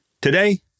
Today